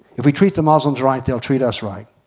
if we treat the muslims right, they'll treat us right.